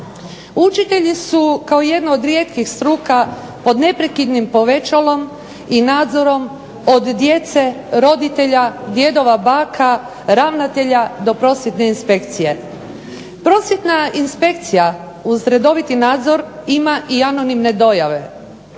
Učitelji su kao jedna od rijetkih struka pod neprekidnim povećalom i nadzorom od djece, roditelja, djedova, baka, ravnatelja do prosvjetne inspekcije. Prosvjetna inspekcija uz redoviti nadzor ima i anonimne dojave,